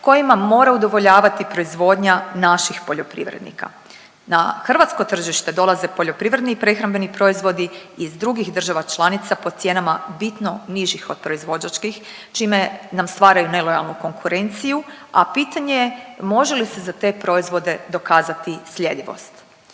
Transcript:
kojima mora udovoljavati proizvodnja naših poljoprivrednika. Na hrvatsko tržište dolaze poljoprivredni i prehrambeni proizvodi iz drugih država članica po cijenama bitno nižih od proizvođačkih, čime nam stvaraju nelojalnu konkurenciju, a pitanje je može li se za te proizvode dokazati sljedivost.